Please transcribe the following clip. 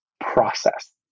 process